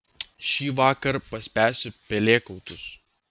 šįvakar paspęsiu pelėkautus